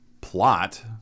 plot